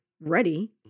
ready